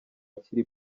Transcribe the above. akiri